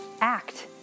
Act